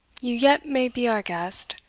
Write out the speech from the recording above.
you yet may be our guest,